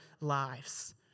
lives